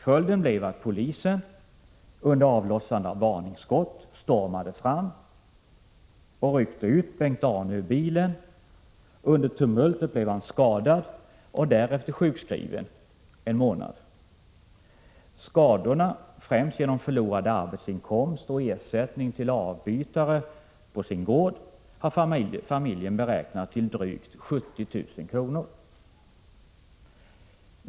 Följden blev att polisen, under avlossande av varningsskott, stormade fram och ryckte Bengt Arne ur bilen. Under tumultet blev han skadad och därefter sjukskriven under en månad. Skadorna, främst genom förlorad arbetsinkomst och ersättning till avbytare på gården, har familjen beräknat till drygt 70 000 kr.